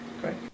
great